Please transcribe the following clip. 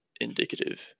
indicative